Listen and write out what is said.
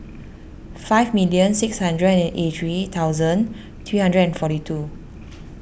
five million six hundred and eighty three thousand three hundred and forty two